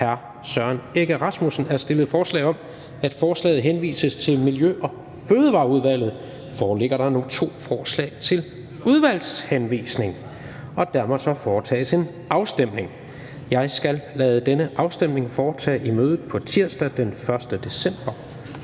hr. Søren Egge Rasmussen er stillet forslag om, at forslaget henvises til Miljø- og Fødevareudvalget, foreligger der nu to forslag til udvalgshenvisning, og der må så foretages en afstemning. Jeg skal lade denne afstemning foretage i mødet på tirsdag, den 1. december